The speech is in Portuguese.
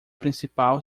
principal